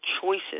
choices